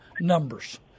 numbers